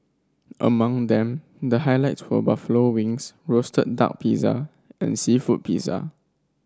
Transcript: among them the highlights were buffalo wings roasted duck pizza and seafood pizza